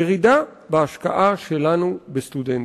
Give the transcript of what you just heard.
ירידה בהשקעה שלנו בסטודנטים.